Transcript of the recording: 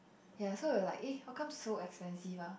ya so we were like aye how come so expensive ah